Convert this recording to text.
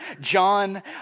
John